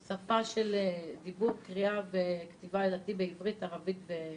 דיבור, קריאה וכתיבה בעברית, ערבית ואנגלית.